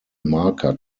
marker